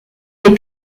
des